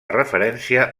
referència